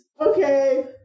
Okay